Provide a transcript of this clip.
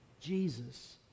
Jesus